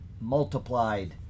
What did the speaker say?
multiplied